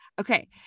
Okay